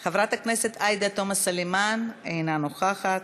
חברת הכנסת עאידה תומא סלימאן, אינה נוכחת,